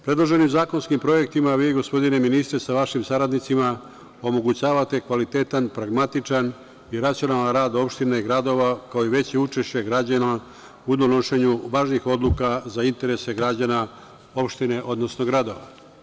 Predloženim zakonskim projektima vi, gospodine ministre, sa vašim saradnicima omogućavate kvalitetan, pragmatičan i racionalan rad opštine, gradova, kao i veće učešće građana u donošenju važnih odluka za interese građana opštine, odnosno gradova.